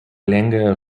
längerer